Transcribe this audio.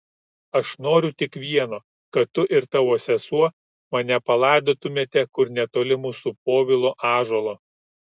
aš noriu tik vieno kad tu ir tavo sesuo mane palaidotumėte kur netoli mūsų povilo ąžuolo